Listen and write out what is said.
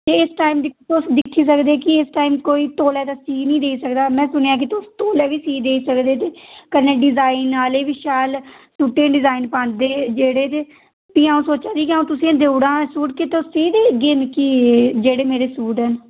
ते इस टाइम तुस दिक्खी सकदे कि इस टाइम कोई तौले ते सीऽ निं देई सकदा ऐ में सुनेआ कि तुस तौले बी सी देई सकदे ते कन्नै डिजाइन आह्ले बी शैल सूटें ई डिजाइन पांदे जेह्ड़े ते भी अ'ऊं सोचा दी कि अं'ऊ तुसें ई देई ओड़ां सूट कि तुस सीऽ देगे मिकी जेह्ड़े मेरे सूट न